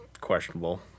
questionable